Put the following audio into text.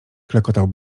klekotał